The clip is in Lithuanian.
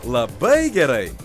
labai gerai